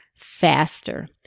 faster